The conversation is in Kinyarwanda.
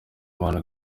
imana